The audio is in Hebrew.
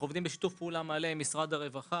אנחנו עובדים בשיתוף פעולה מלא עם משרד הרווחה.